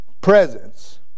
Presence